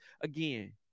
again